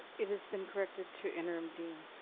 it has been corrected to interim dean.